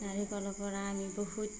নাৰিকালৰপৰা আমি বহুত